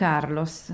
Carlos